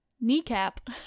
kneecap